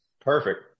Perfect